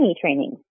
training